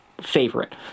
favorite